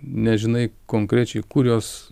nežinai konkrečiai kur jos